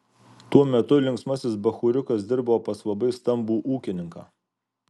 tuo metu linksmasis bachūriukas dirbo pas labai stambų ūkininką